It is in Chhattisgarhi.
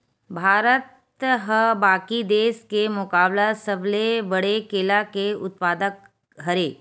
भारत हा बाकि देस के मुकाबला सबले बड़े केला के उत्पादक हरे